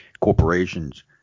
corporations